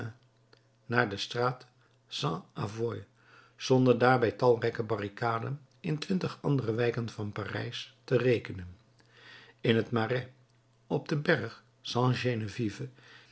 naar de straat st avoye zonder daarbij talrijke barricaden in twintig andere wijken van parijs te rekenen in het marais op den berg st geneviève